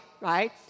right